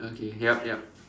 okay yup yup